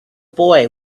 boy